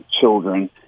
children